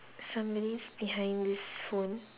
somebody's behind this phone